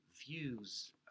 views